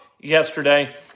yesterday